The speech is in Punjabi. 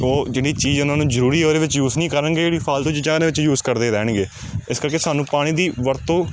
ਤੋ ਜਿਹੜੀ ਚੀਜ਼ ਉਹਨਾਂ ਨੂੰ ਜ਼ਰੂਰੀ ਹੈ ਉਹਦੇ ਵਿੱਚ ਯੂਜ਼ ਨਹੀਂ ਕਰਨਗੇ ਜਿਹੜੀ ਫਾਲਤੂ ਚੀਜ਼ਾਂ ਉਹਦੇ ਵਿੱਚ ਯੂਜ਼ ਕਰਦੇ ਰਹਿਣਗੇ ਇਸ ਕਰਕੇ ਸਾਨੂੰ ਪਾਣੀ ਦੀ ਵਰਤੋਂ